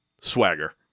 swagger